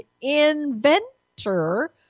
inventor